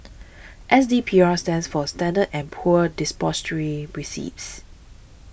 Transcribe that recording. S D P R stands for Standard and Poor's Depository Receipts